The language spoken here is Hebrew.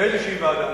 בוועדה כלשהי.